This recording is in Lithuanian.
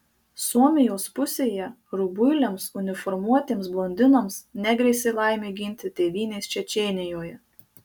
suomijos pusėje rubuiliams uniformuotiems blondinams negrėsė laimė ginti tėvynės čečėnijoje